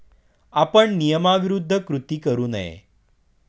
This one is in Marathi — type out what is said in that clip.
आपण नियमाविरुद्ध कृती करू नये